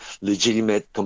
legitimate